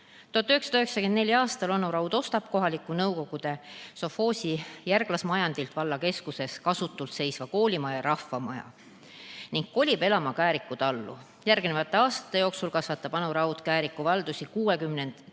1994. aastal Anu Raud ostab kohaliku nõukogude sovhoosi järgselt majandilt vallakeskuses kasutult seisnud koolimaja ja rahvamaja ning kolib elama Kääriku tallu. Järgnenud aastate jooksul kasvatab Anu Raud Kääriku valdusi 60